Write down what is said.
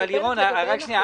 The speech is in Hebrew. לירון,